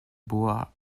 bois